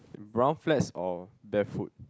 brown flats or barefoot